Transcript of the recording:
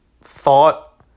thought